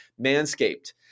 Manscaped